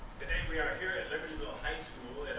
today we are here at libertyville high school